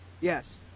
Yes